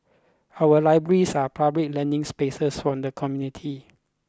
our libraries are public learning spaces for the community